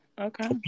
Okay